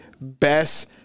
best